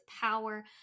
power